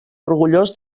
orgullós